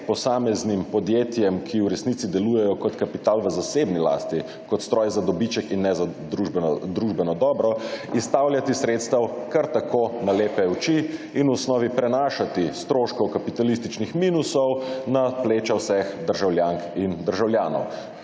posameznim podjetjem, ki v resnici delujejo kot kapital v zasebni lasti kot stroj za dobiček in ne za družbeno dobro izstavljati sredstev, kar tako na lepe oči in v osnovi prenašati stroškov kapitalističnih minusov na pleča vseh državljank in državljanov.